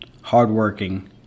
hardworking